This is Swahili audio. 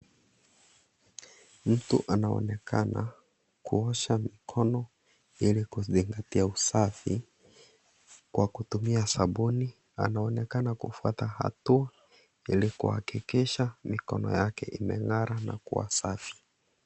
Mtu anaonekana kuosha mikono ili kuzingatia usafi kwa kutumia sabuni, anaonekana kufuata hatua ili kuhakikisha mikono yake imeng'ara na kuwa safi.